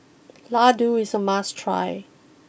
Ladoo is a must try